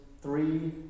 Three